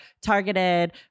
targeted